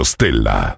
Stella